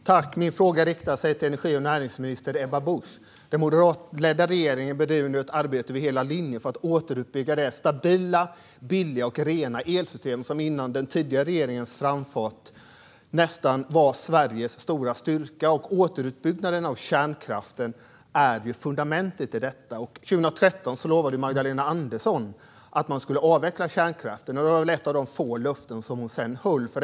Herr talman! Min fråga riktas till energi och näringsminister Ebba Busch. Den moderatledda regeringen bedriver nu ett arbete över hela linjen för att återuppbygga det stabila, billiga och rena elsystem som innan den tidigare regeringens framfart nästan var Sveriges stora styrka. Och återuppbyggnaden av kärnkraften är fundamentet i detta. År 2013 lovade Magdalena Andersson att man skulle avveckla kärnkraften, och det var väl ett av de få löften som hon sedan höll.